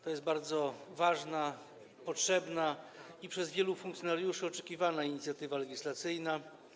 To jest bardzo ważna, potrzebna i przez wielu funkcjonariuszy oczekiwana inicjatywa legislacyjna.